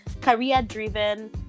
Career-driven